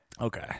Okay